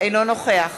אינו נוכח